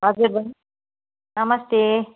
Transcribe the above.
हजुर बहिनी नमस्ते